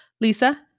lisa